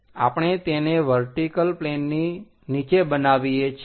આપણે તેને વર્ટીકલ પ્લેનની નીચે બનાવીએ છીએ